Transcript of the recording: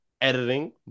editing